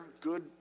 good